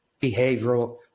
behavioral